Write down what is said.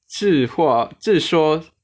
自话自说